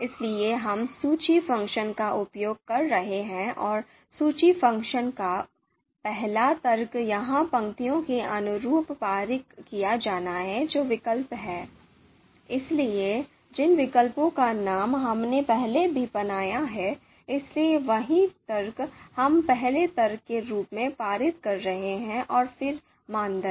इसलिए हम सूची फ़ंक्शन का उपयोग कर रहे हैं और सूची फ़ंक्शन का पहला तर्क यहां पंक्तियों के अनुरूप पारित किया जाना है जो विकल्प हैं इसलिए जिन विकल्पों का नाम हमने पहले ही बनाया है इसलिए वही तर्क हम पहले तर्क के रूप में पारित कर रहे हैं और फिर मानदंड